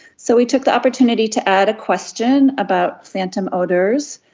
so we took the opportunity to add a question about phantom odours,